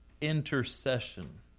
intercession